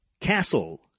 Castle